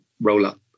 roll-up